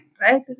right